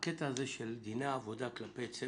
משפיע בסופו של דבר על סוג הזכאות שניתנת לתלמידים,